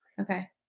Okay